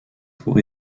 pour